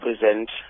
present